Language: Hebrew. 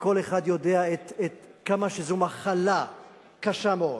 וכל אחד יודע כמה שזו מחלה קשה מאוד.